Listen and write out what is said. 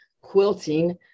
quilting